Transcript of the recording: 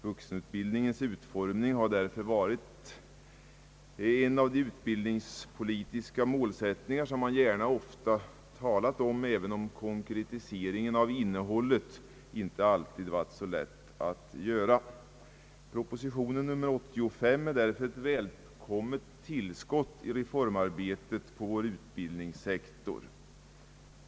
Vuxenutbildningsreformen har därför varit en av de utbildningspolitiska målsättningar som man gärna och ofta talat om, även om konkretiseringen av innehållet inte alltid varit så lätt att göra. Proposition nr 85 är därför ett välkommet tillskott i reformarbetet på utbildningssektorn.